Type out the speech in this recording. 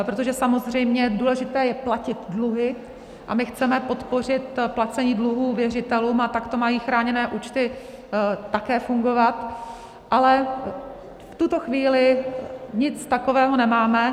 Protože samozřejmě důležité je platit dluhy a my chceme podpořit placení dluhů věřitelům a takto mají chráněné účty také fungovat, ale v tuto chvíli nic takového nemáme.